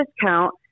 discount